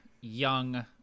young